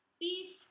beef